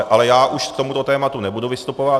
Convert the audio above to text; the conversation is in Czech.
Ale já už k tomuto tématu nebudu vystupovat.